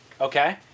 okay